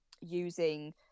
using